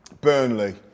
Burnley